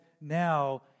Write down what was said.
now